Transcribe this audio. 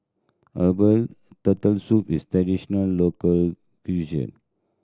herbal Turtle Soup is a traditional local cuisine